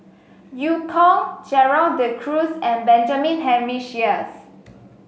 Eu Kong Gerald De Cruz and Benjamin Henry Sheares